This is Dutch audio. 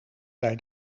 zei